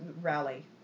rally